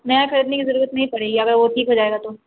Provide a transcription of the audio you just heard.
نیا خریدنے کی ضرورت نہیں پڑے گی اگر وہ ٹھیک ہو جائے گا تو